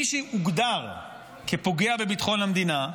מי שהוגדר כפוגע בביטחון המדינה,